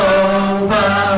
over